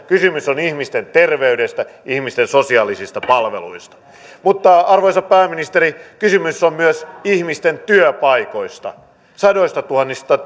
kysymys on ihmisten terveydestä ihmisten sosiaalisista palveluista mutta arvoisa pääministeri kysymys on myös ihmisten työpaikoista sadoistatuhansista